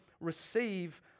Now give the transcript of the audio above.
receive